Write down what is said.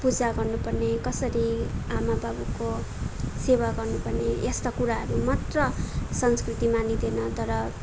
पूजा गर्नु पर्ने कसरी आमा बाबाको सेवा गर्नु पर्ने यस्ता कुराहरू मात्र संस्कृति मानिँदैन तर